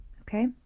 okay